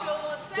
שהוא עושה את זה,